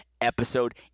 episode